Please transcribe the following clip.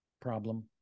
problem